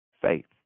Faith